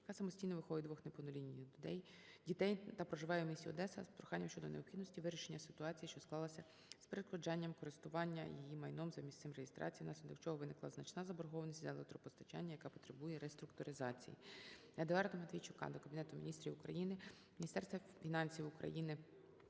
яка самостійно виховує двох неповнолітніх дітей та проживає у місті Одеса з проханням щодо необхідності вирішення ситуації, що склалася з перешкоджанням користування її майном за місцем реєстрації внаслідок чого виникла значна заборгованість за електропостачання, яка потребує реструктуризації. Едуарда Матвійчука до Кабінету Міністрів України, Міністерства фінансів України,